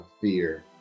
fear